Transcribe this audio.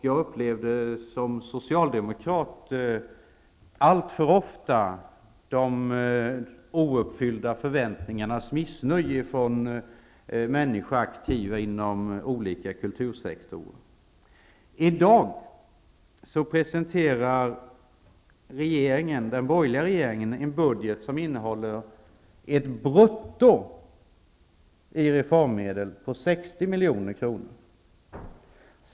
Jag upplevde som socialdemokrat alltför ofta de ouppfyllda förväntningarnas missnöje från människor som var aktiva inom olika kultursektorer. I dag presenterar den borgerliga regeringen en budget där reformmedlen brutto uppgår till 60 milj.kr.